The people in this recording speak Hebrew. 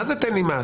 מה זה "תן לי מס"?